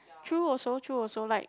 true also true also like